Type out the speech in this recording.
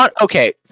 Okay